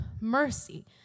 mercy